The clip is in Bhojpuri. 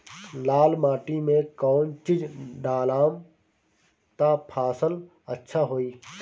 लाल माटी मे कौन चिज ढालाम त फासल अच्छा होई?